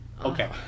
Okay